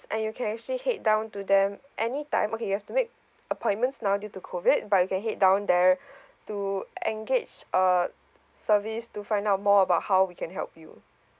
and you can actually head down to them any time okay you have to make appointments now due to COVID but you can head down there to engage a service to find out more about how we can help you